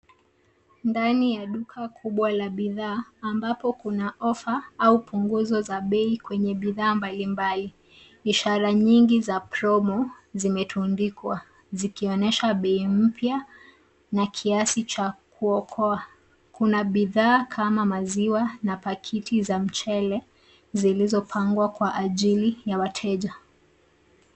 Ndani ya duka, kubwa la bidhaa ambapo kuna ofa au punguzo za bei kwenye bidhaa mbalimbali. Ishara nyingi za (cs)promo(cs) zimetundikwa, zikionesha bei mpya na kiasi cha kuokoa. Kuna bidhaa kama maziwa na pakiti za mchele zilizopangwa kwa ajili ya wateja.